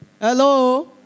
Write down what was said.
Hello